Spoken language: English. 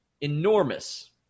Enormous